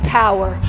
power